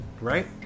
Right